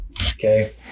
okay